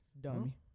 Dummy